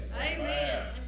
Amen